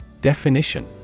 Definition